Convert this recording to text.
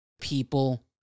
people